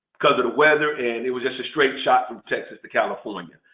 because of the weather and it was just a straight shot from texas to california.